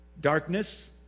darkness